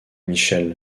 michel